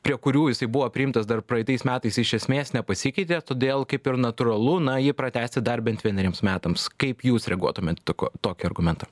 prie kurių jisai buvo priimtas dar praeitais metais iš esmės nepasikeitė todėl kaip ir natūralu na jį pratęsti dar bent vieneriems metams kaip jūs reaguotumėt tokį argumentą